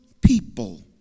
people